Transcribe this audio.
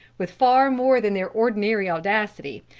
with far more than their ordinary audacity,